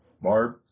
Barb